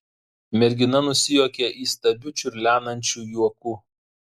mergina nusijuokė įstabiu čiurlenančiu juoku